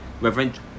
Reverend